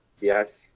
Yes